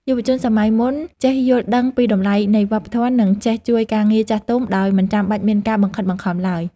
យុវជនសម័យមុនចេះយល់ដឹងពីតម្លៃនៃវប្បធម៌ និងចេះជួយការងារចាស់ទុំដោយមិនចាំបាច់មានការបង្ខិតបង្ខំឡើយ។